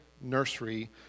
nursery